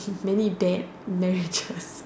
many dad measures